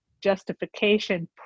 justification